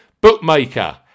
bookmaker